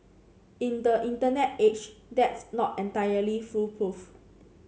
in the Internet age that's not entirely foolproof